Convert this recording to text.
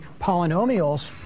polynomials